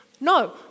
No